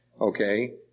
okay